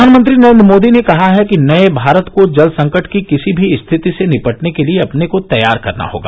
प्रधानमंत्री नरेन्द्र मोदी ने कहा है कि नये भारत को जल संकट की किसी भी स्थिति से निपटने के लिए अपने को तैयार करना होगा